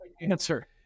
answer